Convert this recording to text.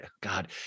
God